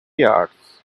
yards